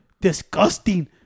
disgusting